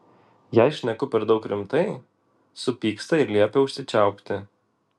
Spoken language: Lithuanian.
jei šneku per daug rimtai supyksta ir liepia užsičiaupti